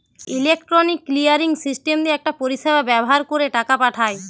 electronic clearing system দিয়ে একটা পরিষেবা ব্যাভার কোরে টাকা পাঠায়